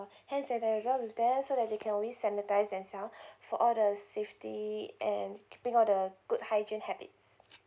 hand sanitizer with them so that they can always sanitize themselves for all the safety and keeping all the good hygiene habits